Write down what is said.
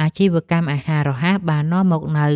អាជីវកម្មអាហាររហ័សបាននាំមកនូវ